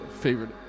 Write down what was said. favorite